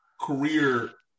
career